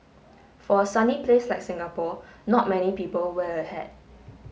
for a sunny place like Singapore not many people wear a hat